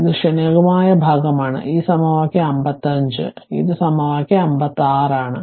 ഇത് ക്ഷണികമായ ഭാഗമാണ് ഈ സമവാക്യം 55 ഇത് സമവാക്യം 56 ആണ്